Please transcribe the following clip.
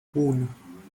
uno